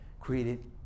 created